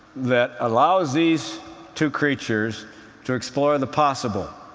that allows these two creatures to explore and the possible.